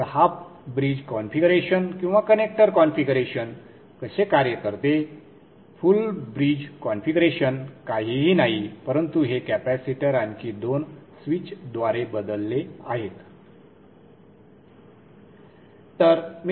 तर half bridge configuration किंवा connector configuration कसे कार्य करते फुल ब्रिज कॉन्फिगरेशन काहीही नाही परंतु हे कॅपेसिटर आणखी दोन स्विचद्वारे बदलले आहेत